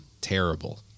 Terrible